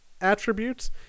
attributes